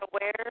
aware